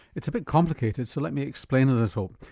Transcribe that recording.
it's a bit complicated, so let me explain a little.